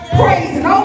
praising